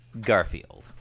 Garfield